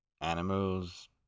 animals